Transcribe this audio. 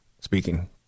speaking